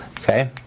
okay